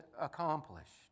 accomplished